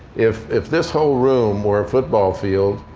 if if this whole room were a football field,